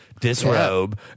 disrobe